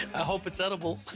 i hope it's edible!